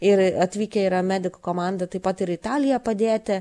ir atvykę yra medikų komanda taip pat ir italija padėti